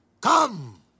come